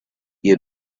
you